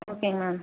ஓகேங்க மேம்